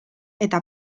eta